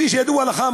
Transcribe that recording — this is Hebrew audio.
כפי שידוע לך,